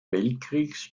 weltkriegs